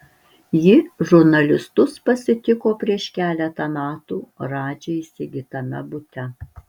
ji žurnalistus pasitiko prieš keletą metų radži įsigytame bute